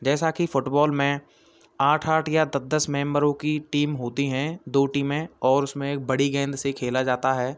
जैसा कि फ़ुटबॉल में आठ आठ या दस दस मेम्बरों की टीम होती हैं दो टीमें और उसमें एक बड़ी गेंद से खेला जाता है